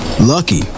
lucky